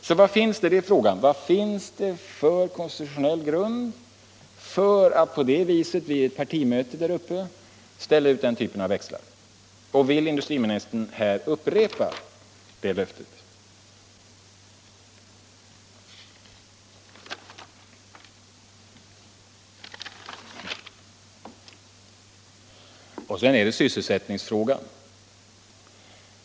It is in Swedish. Frågan är alltså: Vad finns det för konstitutionell grund för att på det sättet vid ett partimöte där uppe ställa ut den typen av växlar? Och vill industriministern här upprepa det löftet? Sedan var det sysselsättningsfrågan.